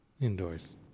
indoors